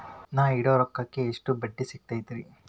ನಾ ಇಡೋ ರೊಕ್ಕಕ್ ಎಷ್ಟ ಬಡ್ಡಿ ಸಿಕ್ತೈತ್ರಿ?